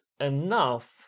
enough